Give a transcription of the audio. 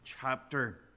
chapter